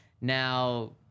now